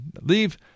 leave